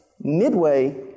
midway